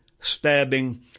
stabbing